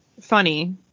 Funny